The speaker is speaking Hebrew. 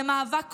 זה מאבק כואב.